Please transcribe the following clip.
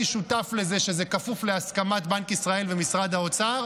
שותף לזה שזה כפוף להסכמת בנק ישראל ומשרד האוצר.